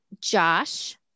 Josh